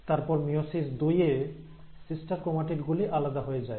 তারপর মায়োসিস দুই এ সিস্টার ক্রোমাটিড গুলি আলাদা হয়ে যায়